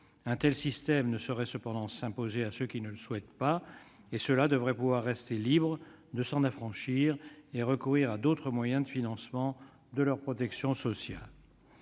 Un tel système ne saurait cependant s'imposer à ceux qui ne le souhaitent pas, lesquels devraient pouvoir rester libres de s'en affranchir et recourir à d'autres moyens de financement de leur protection sociale.